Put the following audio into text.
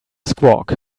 squawk